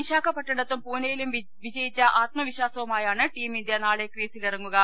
വിശാഖപ്പട്ടണത്തും പൂനെയിലും വിജയിച്ച ആത്മവിശാസവുമായാണ് ടീം ഇന്ത്യ നാളെ ക്രീസിലി റങ്ങുക